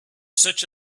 such